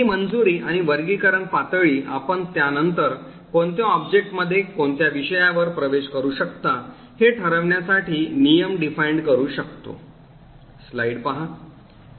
ही मंजुरी आणि वर्गीकरण पातळी आपण त्यानंतर कोणत्या ऑब्जेक्टमध्ये कोणत्या विषयावर प्रवेश करू शकता हे ठरविण्यासाठी नियम परिभाषित करू शकतो